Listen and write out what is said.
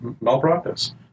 malpractice